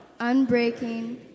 unbreaking